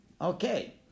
Okay